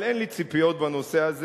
אבל אין לי ציפיות בנושא הזה,